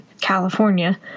California